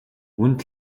үүнд